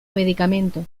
medicamento